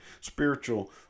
spiritual